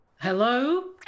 Hello